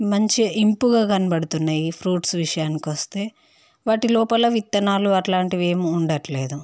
మంచిగా యింపుగా కనబడుతున్నాయి ఫ్రూట్స్ విషయానికి వస్తే వాటి లోపల విత్తనాలు ఏమి ఉండటం లేదు